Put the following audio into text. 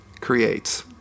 creates